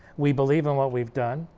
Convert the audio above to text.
we believe in what we've done.